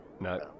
no